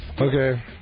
Okay